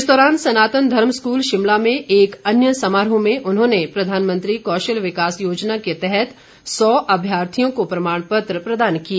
इस दौरान सनातन धर्म स्कूल शिमला में एक अन्य समारोह में उन्होंने प्रधानमंत्री कौशल विकास योजना के तहत सौ अभ्यार्थियों को प्रमाण पत्र प्रदान किए